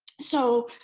so,